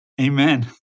Amen